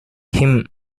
him